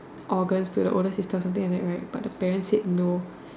organs to the older sister something like that right but the parent's said no